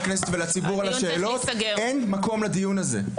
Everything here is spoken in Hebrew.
הכנסת ולציבור על השאלות אין מקום לדיון הזה.